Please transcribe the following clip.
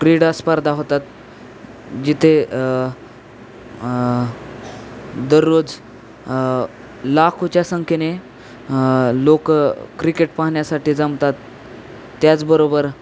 क्रीडा स्पर्धा होतात जिथे दररोज लाखोंच्या संख्येने लोक क्रिकेट पाहण्यासाठी जमतात त्याचबरोबर